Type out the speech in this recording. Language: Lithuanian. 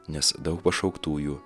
nes daug pašauktųjų